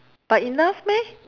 but enough meh